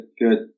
good